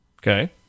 Okay